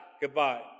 goodbye